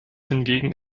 hingegen